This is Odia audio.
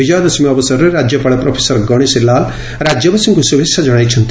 ବିଜୟାଦଶମୀ ଅବସରରେ ରାଜ୍ୟପାଳ ପ୍ରଫେସର ଗଣେଶୀଲାଲ ରାଜ୍ୟବାସୀଙ୍କୁ ଶୁଭେଛା ଜଣାଇଛନ୍ତି